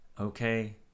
okay